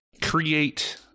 create